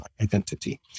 identity